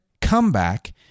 comeback